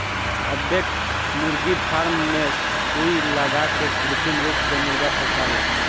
अब देख मुर्गी फार्म मे सुई लगा के कृत्रिम रूप से मुर्गा पोसाला